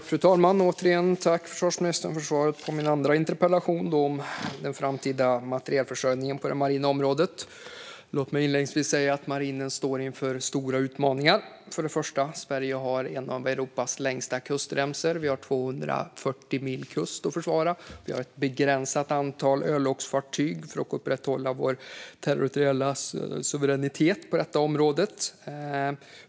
Fru talman! Tack, försvarsministern, för svaret på min andra interpellation, om den framtida materielförsörjningen på det marina området! Låt mig inledningsvis säga att marinen står inför stora utmaningar. För det första har Sverige en av Europas längsta kustremsor. Vi har 240 mil kust att försvara. Vi har ett begränsat antal örlogsfartyg för att upprätthålla vår territoriella suveränitet på detta område.